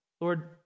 Lord